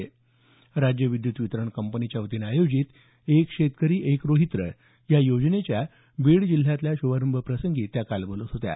महाराष्ट्र राज्य विद्युत वितरण कंपनीच्या वतीनं आयोजित एक शेतकरी एक रोहित्र या योजनेच्या बीड जिल्ह्यातल्या श्भारंभ प्रसंगी त्या काल बोलत होत्या